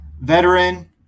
veteran